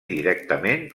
directament